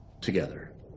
together